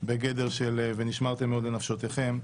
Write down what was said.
בגדר של ונשמרתם מאוד לנפשותיכם,